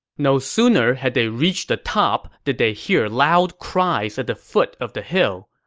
no sooner had they reached the top did they hear loud cries at the foot of the hill.